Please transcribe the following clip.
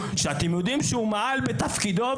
שאתם יודעים שהוא מעל בתפקידו,